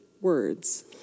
words